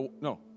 no